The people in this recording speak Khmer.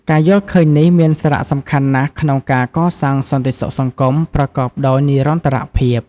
ការយល់ឃើញនេះមានសារៈសំខាន់ណាស់ក្នុងការកសាងសន្តិសុខសង្គមប្រកបដោយនិរន្តរភាព។